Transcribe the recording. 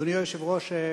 אדוני היושב-ראש,